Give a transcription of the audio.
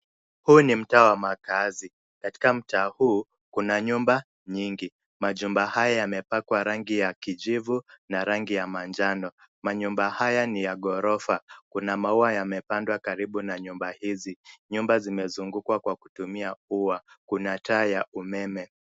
Huu ni mtaa wa makaazi. Katika mtaa huu, kuna nyumba nyingi. Majumba haya yamepakwa rangi ya kijivu na rangi ya manjano. Manyumba haya ni ya ghorofa. Kuna maua yamepandwa karibu na nyumba hizi. Nyumba zimezungukwa kwa kutumia ua. Kuna taa ya umeme.